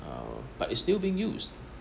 uh but it's still being used